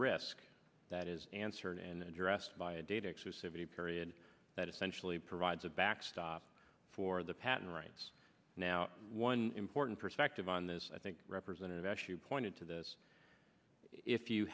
risk that is answered and addressed by a data exclusively period that essentially provides a backstop for the patent rights now one important perspective on this i think representative eshoo pointed to this if you